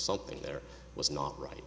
something there was not right